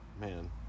man